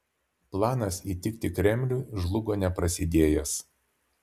planas įtikti kremliui žlugo neprasidėjęs